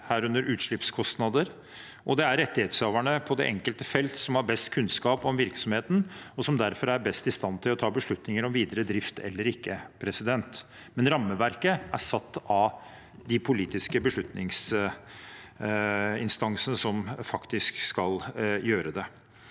herunder utslippskostnader, og det er rettighetshaverne på det enkelte felt som har best kunnskap om virksomheten, og som derfor er best i stand til å ta beslutninger om videre drift eller ikke. Rammeverket er uansett satt av de politiske beslutningsinstansene som faktisk skal gjøre det.